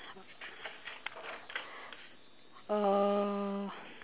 uh